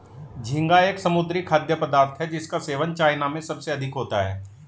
झींगा एक समुद्री खाद्य पदार्थ है जिसका सेवन चाइना में सबसे अधिक होता है